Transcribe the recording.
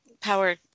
power